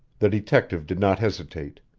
the detective did not hesitate.